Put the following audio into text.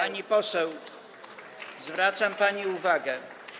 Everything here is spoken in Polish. Pani poseł, zwracam pani uwagę.